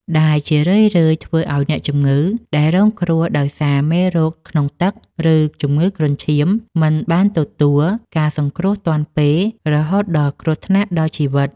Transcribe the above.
ដែលជារឿយៗធ្វើឱ្យអ្នកជំងឺដែលរងគ្រោះដោយសារមេរោគក្នុងទឹក ឬជំងឺគ្រុនឈាម មិនបានទទួលការសង្គ្រោះទាន់ពេលរហូតដល់គ្រោះថ្នាក់ដល់ជីវិត។